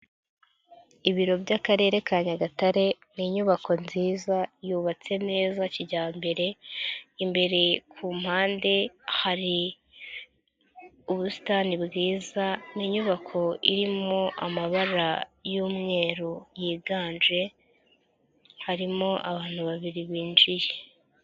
Ibiro by'Akarere ka Nyagatare ni inyubako nziza yubatse neza kijyambere imbere ku mpande hari ubusitani bwiza ni inyubako irimo amabara y'umweru yiganje harimo abantu babiri binjiye.